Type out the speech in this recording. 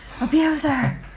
Abuser